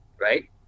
right